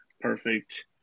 perfect